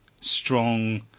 strong